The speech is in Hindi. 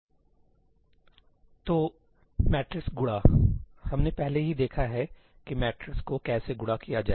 तो मैट्रिक्स गुणा सही हमने पहले ही देखा है कि मैट्रिक्स को कैसे गुणा किया जाए